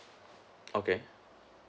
okay